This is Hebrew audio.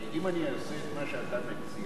אם אני אעשה את מה שאתה מציע,